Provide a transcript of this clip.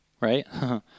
Right